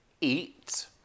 Eat